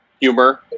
humor